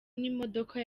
n’imodoka